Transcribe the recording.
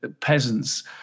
peasants